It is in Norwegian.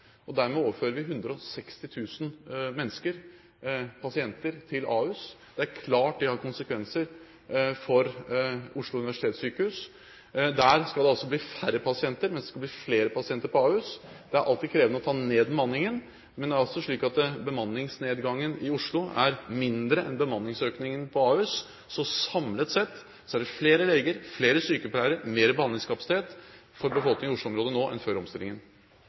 Dermed overfører vi 160 000 mennesker/pasienter til Ahus. Det er klart at det har konsekvenser for Oslo universitetssykehus. Der skal det bli færre pasienter, mens det skal bli flere pasienter på Ahus. Det er alltid krevende å ta ned bemanningen, men det er altså slik at bemanningsnedgangen i Oslo er mindre en bemanningsøkningen på Ahus. Samlet sett er det flere leger, flere sykepleiere og mer behandlingskapasitet for befolkningen i Oslo-området nå enn før omstillingen.